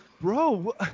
bro